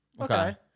Okay